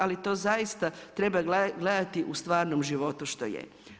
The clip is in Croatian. Ali to zaista treba gledati u stvarnom životu što je.